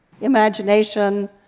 imagination